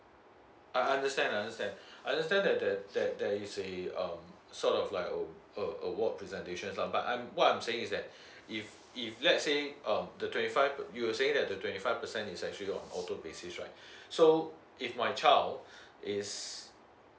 I understand I understand I understand that that that that you say um sort of like err err award presentation lah but I'm what I'm saying is that if if let's say um the twenty five you were saying that the twenty five percent is actually the auto basis right so if my child is